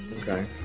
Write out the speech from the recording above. Okay